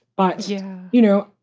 but, yeah you know,